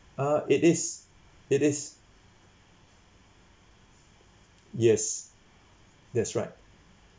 uh it is it is yes that's right